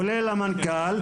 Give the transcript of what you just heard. כולל המנכ"ל,